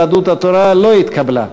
יהדות התורה לא התקבלה.